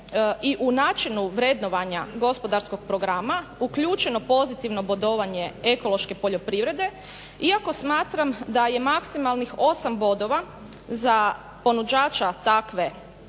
i u načinu vrednovanja gospodarskog programa uključeno pozitivno bodovanje ekološke poljoprivrede iako smatram da je maksimalnih 8 bodova za ponuđača takve